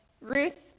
Ruth